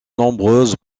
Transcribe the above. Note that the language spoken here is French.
nombreuses